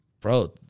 bro